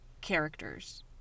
characters